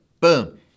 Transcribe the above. boom